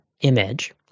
image